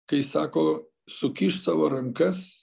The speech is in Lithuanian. kai sako sukišt savo rankas